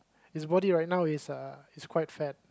his body right now is ah is quite fat